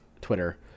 Twitter